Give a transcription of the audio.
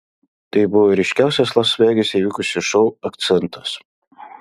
tai buvo ryškiausias las vegase įvykusio šou akcentas